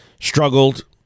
struggled